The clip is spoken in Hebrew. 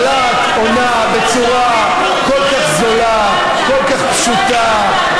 אבל את עונה בצורה כל כך זולה, כל כך פשוטה.